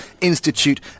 Institute